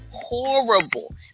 Horrible